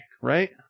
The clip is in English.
right